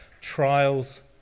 trials